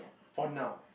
for now